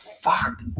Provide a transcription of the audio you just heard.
Fuck